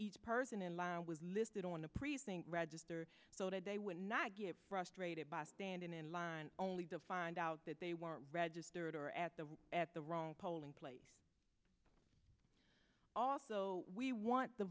each person in line was listed on the precinct register voted they would not get frustrated by standing in line only to find out that they weren't registered or at the at the wrong polling place also we want the